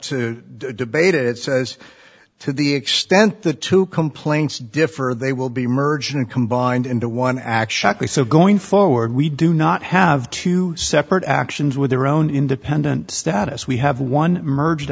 to debate it it says to the extent the two complaints differ they will be merged and combined into one actually so going forward we do not have two separate actions with their own independent status we have one merged